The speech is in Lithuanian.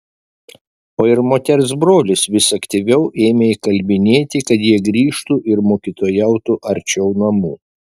o ir moters brolis vis aktyviau ėmė įkalbinėti kad jie grįžtų ir mokytojautų arčiau namų